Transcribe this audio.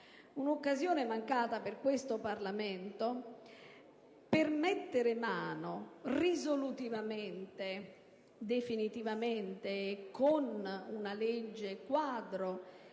Un'occasione mancata, per questo Parlamento, per mettere mano, risolutivamente e definitivamente ad una legge quadro